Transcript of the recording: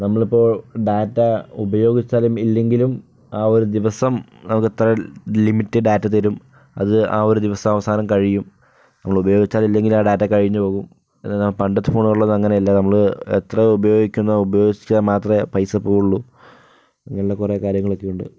നമ്മൾ ഇപ്പൊ ഡാറ്റ ഉപയോഗിച്ചാലും ഇല്ലെങ്കിലും ആ ഒരു ദിവസം നമുക്ക് ഇത്ര ലിമിറ്റഡ് ഡാറ്റ തരും അത് ആ ഒരു ദിവസം അവസാനം കഴിയും നമ്മൾ ഉപയോഗിച്ചാലും ഇല്ലെങ്കിലും ആ ഡാറ്റ കഴിഞ്ഞുപോകും പണ്ടത്തെ ഫോണ് അങ്ങനെയല്ല നമ്മൾ എത്ര ഉപയോഗിക്കുന്നുവോ ഉപയോഗിച്ചാൽ മാത്രമേ ആ പൈസ പോകുകയുള്ളു അങ്ങനെ കുറെ കാര്യങ്ങൾ ഒക്കെയുണ്ട്